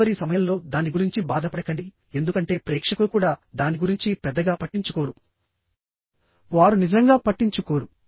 delivery సమయంలో దాని గురించి బాధపడకండి ఎందుకంటే ప్రేక్షకులు కూడా దాని గురించి పెద్దగా పట్టించుకోరు వారు నిజంగా పట్టించుకోరు